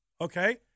Okay